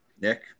Nick